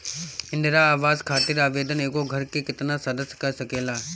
इंदिरा आवास खातिर आवेदन एगो घर के केतना सदस्य कर सकेला?